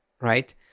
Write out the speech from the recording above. right